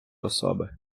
особи